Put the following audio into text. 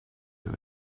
you